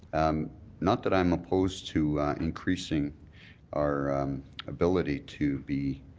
um not that i'm opposed to increasing our ability to be